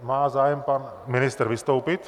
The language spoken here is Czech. Má zájem pan ministr vystoupit?